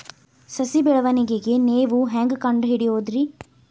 ಸಸಿ ಬೆಳವಣಿಗೆ ನೇವು ಹ್ಯಾಂಗ ಕಂಡುಹಿಡಿಯೋದರಿ?